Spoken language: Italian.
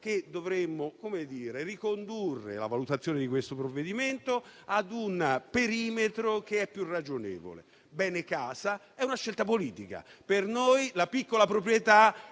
che dovremmo ricondurre la valutazione di questo provvedimento a un perimetro più ragionevole. Il bene casa è una scelta politica; per noi la piccola proprietà